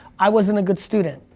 i wasn't a good student.